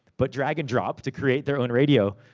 but drag and drop, to create their own radio.